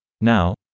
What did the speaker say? Now